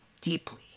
Deeply